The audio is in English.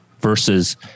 versus